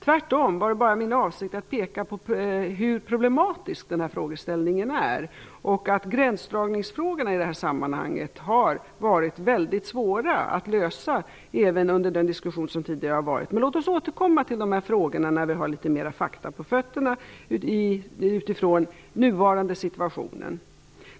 Tvärtom var det bara min avsikt att peka på hur problematisk den här frågeställningen är. Gränsdragningsfrågorna i det här sammanhanget har varit väldigt svåra att lösa, även under den diskussion som tidigare har varit. Men låt oss återkomma när vi har litet mera fakta på fötterna, utifrån nuvarande situation.